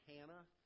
Hannah